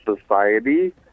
society